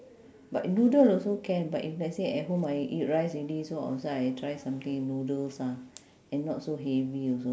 but noodle also can but if let's say at home I eat rice already so outside I try something noodles ah and not so heavy also